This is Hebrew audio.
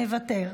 מוותר.